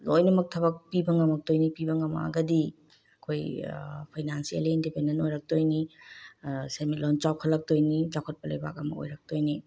ꯂꯣꯏꯅꯃꯛ ꯊꯕꯛ ꯄꯤꯕ ꯉꯝꯃꯛꯇꯣꯏꯅꯤ ꯄꯤꯕ ꯉꯝꯃꯛꯑꯒꯗꯤ ꯑꯩꯈꯣꯏ ꯐꯥꯏꯅꯦꯟꯁꯤꯌꯦꯜꯂꯤ ꯏꯟꯗꯤꯄꯦꯟꯗꯦꯟ ꯑꯣꯏꯔꯛꯇꯣꯏꯅꯤ ꯁꯦꯟꯃꯤꯠꯂꯣꯟ ꯆꯥꯎꯈꯠꯂꯛꯇꯣꯏꯅꯤ ꯆꯥꯎꯈꯠꯄ ꯂꯩꯕꯥꯛ ꯑꯃ ꯑꯣꯏꯔꯛꯇꯣꯏꯅꯤ